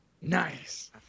Nice